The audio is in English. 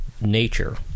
nature